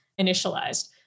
initialized